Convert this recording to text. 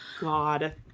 God